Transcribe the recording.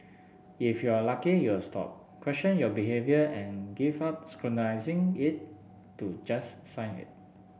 if you're lucky you'll stop question your behaviour and give up scrutinising it to just sign it